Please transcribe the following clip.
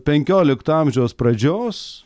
penkiolikto amžiaus pradžios